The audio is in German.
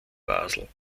basel